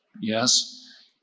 Yes